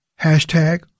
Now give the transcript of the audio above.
hashtag